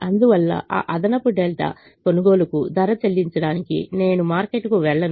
అందువల్ల ఆ అదనపు డెల్టా కొనుగోలుకు ధర చెల్లించడానికి నేను మార్కెట్కు వెళ్ళను